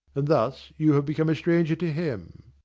and thus you have become a stranger to him.